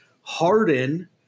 Harden